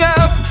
up